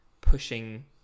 pushing